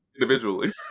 individually